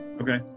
okay